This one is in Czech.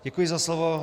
Děkuji za slovo.